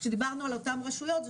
כשדיברנו על אותם רשויות,